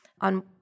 On